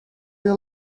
your